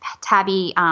Tabby –